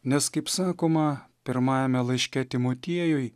nes kaip sakoma pirmajame laiške timotiejui